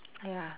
!aiya!